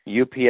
UPS